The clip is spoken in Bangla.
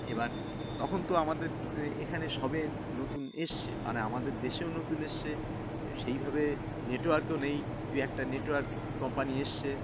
এবার তখন তো আমাদের এখানে সবে নতুন এসেছে মানে আমাদের দেশেও নতুন এসেছে সেইভাবে নেটওয়ার্কও নেই দুই একটা নেটওয়ার্ক কোম্পানি এসেছে